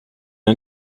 wir